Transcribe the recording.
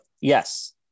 yes